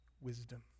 wisdom